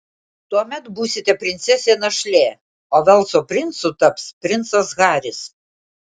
tuomet būsite princesė našlė o velso princu taps princas haris